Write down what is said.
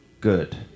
Good